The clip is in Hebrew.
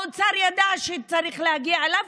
האוצר ידע שצריך להגיע אליו,